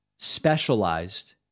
specialized